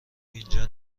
اینجا